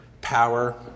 power